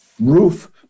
roof